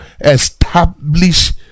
establish